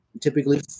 Typically